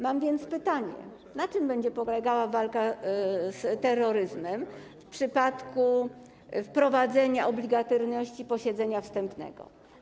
Mam więc pytanie: Na czym będzie polegała walka z terroryzmem w przypadku wprowadzenia obligatoryjności posiedzenia wstępnego?